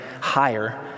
higher